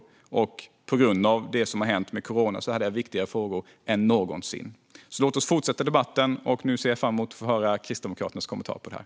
Och på grund av det som har hänt med corona är frågorna viktigare än någonsin. Låt oss fortsätta debatten. Nu ser jag fram emot att höra Kristdemokraternas kommentarer.